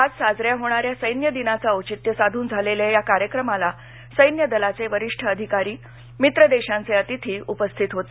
आज साजऱ्या होणाऱ्या सैन्य दिनाचं औचित्य साधून झालेल्या या कार्यक्रमाला सैन्यदलाये वरिष्ठ अधिकारी मित्र देशांचे अतिथी उपस्थित होते